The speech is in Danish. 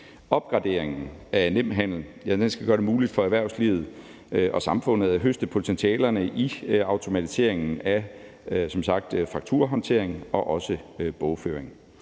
Opgraderingen af Nemhandel skal gøre det muligt for erhvervslivet og samfundet at høste potentialerne i automatiseringen af fakturahåndtering og også bogføring.